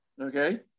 okay